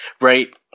right